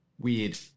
weird